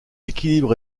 équilibre